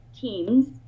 teams